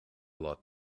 lot